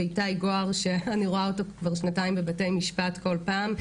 ואיתי גוהר שאני רואה אותו כבר שנתיים בבתי משפט כל פעם,